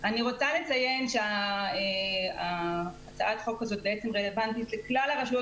אני רוצה לציין שהצעת חוק זו רלוונטית לכלל הרשויות